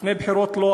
לפני בחירות לא,